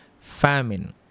famine